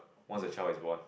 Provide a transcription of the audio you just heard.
once the child is born